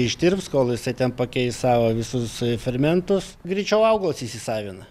ištirps kol jisai ten pakeis savo visus fermentus greičiau augalas įsisavina